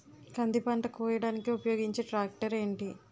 కంది పంట కోయడానికి ఉపయోగించే ట్రాక్టర్ ఏంటి?